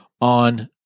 on